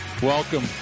Welcome